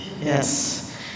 Yes